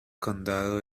condado